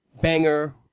banger